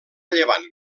llevant